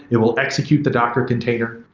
it will execute the docker container.